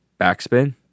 backspin